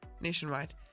Nationwide